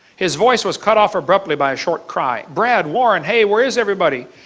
his voice was cut off abruptly by a short cry. brad, warren! hey, where is everybody?